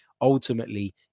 ultimately